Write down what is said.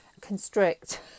constrict